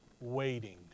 Waiting